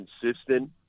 consistent